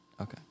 Okay